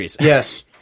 Yes